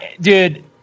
dude